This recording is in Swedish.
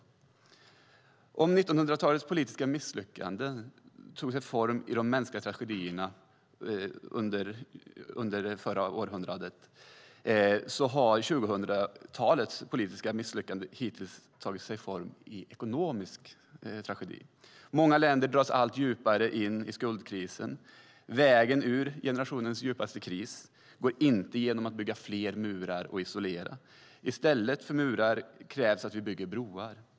Om 1900-talets politiska misslyckanden tog sig form i mänskliga tragedier så har 2000-talets politiska misslyckande hittills tagit sig form i en ekonomisk tragedi. Många länder dras allt djupare in i skuldkrisen. Vägen ur vår generations djupaste kris går inte genom att bygga fler murar och isolera sig. I stället för att bygga murar krävs att vi bygger broar.